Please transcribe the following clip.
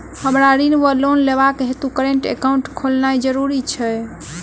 हमरा ऋण वा लोन लेबाक हेतु करेन्ट एकाउंट खोलेनैय जरूरी छै?